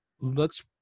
looks